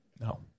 No